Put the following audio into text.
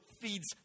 feeds